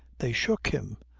they shook him.